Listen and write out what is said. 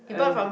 and